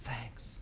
thanks